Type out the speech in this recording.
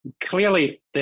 Clearly